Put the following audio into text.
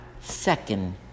second